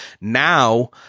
now